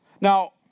Now